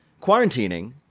quarantining